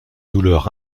douleur